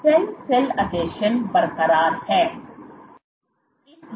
cell cell आसंजन बरकरार है